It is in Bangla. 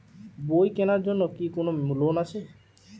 বই কেনার জন্য কি কোন লোন আছে?